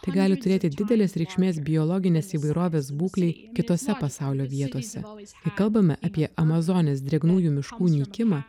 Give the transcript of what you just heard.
tai gali turėti didelės reikšmės biologinės įvairovės būklei kitose pasaulio vietose kalbame apie amazonės drėgnųjų miškų nykimą